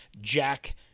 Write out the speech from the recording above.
Jack